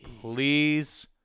please